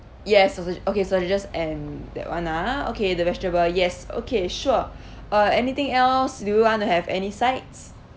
yes sausage okay sausages and that one ah okay the vegetable yes okay sure uh anything else do you want to have any sides